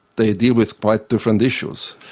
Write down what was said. they deal with quite different issues,